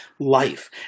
life